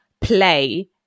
play